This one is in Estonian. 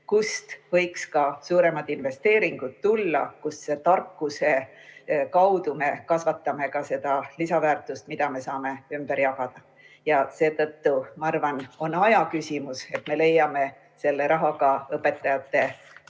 kust võiks ka suuremad investeeringud tulla, kust me tarkuse kaudu kasvatame seda lisaväärtust, mida me saame ümber jagada. Seetõttu ma arvan, et on aja küsimus, millal me leiame selle raha ka õpetajate palga